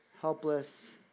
helpless